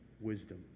wisdom